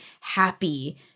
happy